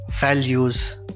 values